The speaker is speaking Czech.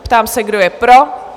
Ptám se, kdo je pro?